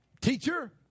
teacher